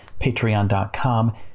Patreon.com